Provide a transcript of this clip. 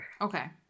okay